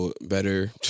better